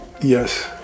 Yes